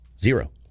Zero